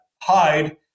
hide